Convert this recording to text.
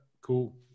cool